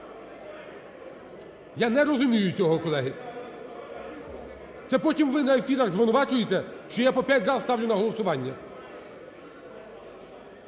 я не розумію цього, колеги, це потім, ви на ефірах звинувачуєте, що я по п'ять раз ставлю на голосування.